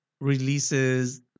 releases